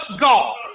God